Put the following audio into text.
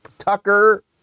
Tucker